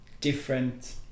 different